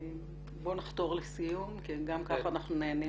בואו נחתור לסיום כי גם ככה אנחנו נהנים